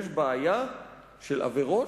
יש בעיה של עבירות,